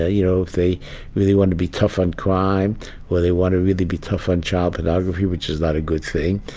ah you know, they really want to be tough on crime where they want to really be tough on child pornography, which is not a good thing,